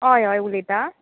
हय हय उलयता